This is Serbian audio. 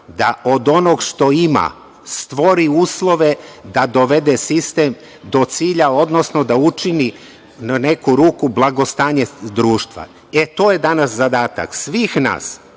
da od onoga što ima stvori uslove da dovede sistem do cilja, odnosno da učini, u neku ruku, blagostanje društva. To je danas zadatak svih nas,